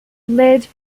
led